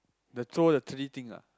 the throw the three thing ah